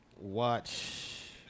Watch